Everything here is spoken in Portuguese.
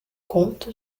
conto